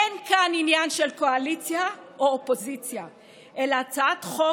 אין כאן עניין של קואליציה ואופוזיציה אלא הצעת חוק